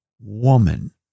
woman